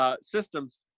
systems